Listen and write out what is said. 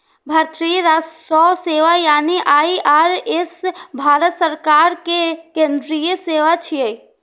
भारतीय राजस्व सेवा यानी आई.आर.एस भारत सरकार के केंद्रीय सेवा छियै